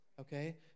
Okay